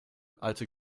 alte